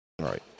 Right